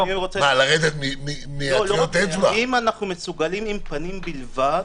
אם אנחנו מסוגלים עם טביעות אצבע בלבד